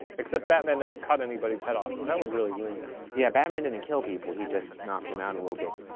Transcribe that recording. except batman never cut anybody's head off, that would really ruin it. yeah batman didn't and kill people, he just, knocked them out a little bit.